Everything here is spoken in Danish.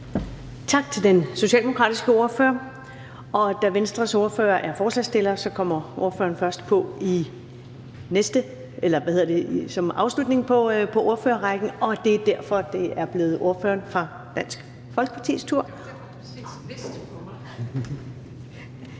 Tak til den socialdemokratiske ordfører. Og da Venstres ordfører er forslagsstiller, kommer ordføreren først på som afslutning på ordførerrækken. Og det er derfor, det er blevet ordføreren fra Dansk Folkepartis tur.